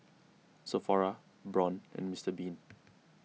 Sephora Braun and Mister Bean